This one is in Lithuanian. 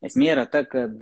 esmė yra ta kad